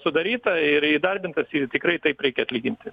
sudarytą ir įdarbintas jau tikrai taip reikia atlyginti